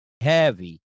heavy